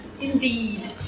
Indeed